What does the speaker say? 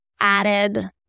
added